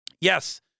yes